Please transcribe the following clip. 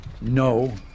No